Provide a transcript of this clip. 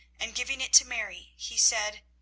and, giving it to mary, he said,